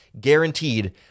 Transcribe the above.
guaranteed